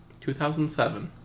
2007